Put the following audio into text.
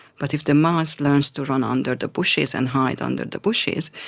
but if the mouse learns to run under the bushes and hide under the bushes,